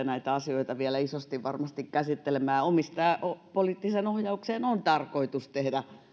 näitä asioita vielä isosti käsittelemään ja että omistajapoliittiseen ohjaukseen on mielestäni tarkoitus tehdä